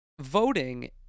voting